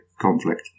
conflict